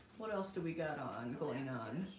what else do we got on going? on